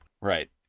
Right